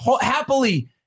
happily